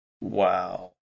Wow